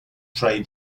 trade